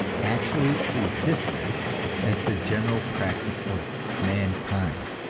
actually existed as the general practice of mankind.